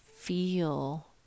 Feel